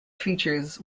features